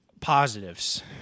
Positives